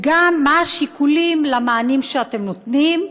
מה השיקולים למענים שאתם נותנים?